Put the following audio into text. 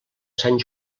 sant